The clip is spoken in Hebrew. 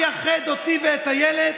אל אחינו הציבור הדתי-לאומי על כל גווניו,